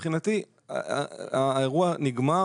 מבחינתי האירוע נגמר,